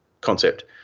concept